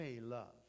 love